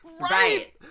right